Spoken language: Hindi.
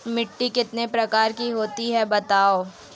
मिट्टी कितने प्रकार की होती हैं बताओ?